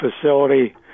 facility